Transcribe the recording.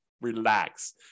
relax